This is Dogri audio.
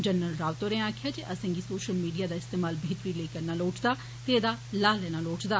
जनरल रावत होरें आक्खेआ जे असें गी सौशल मीडिया दा इस्तेमाल बेहतरी लेई करना लोड़चदा ते ऐदा लाह् लैना लोड़चदे